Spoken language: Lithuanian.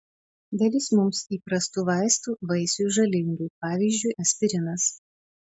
dalis mums įprastų vaistų vaisiui žalingi pavyzdžiui aspirinas